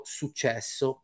successo